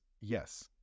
yes